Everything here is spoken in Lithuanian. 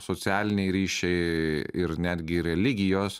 socialiniai ryšiai ir netgi religijos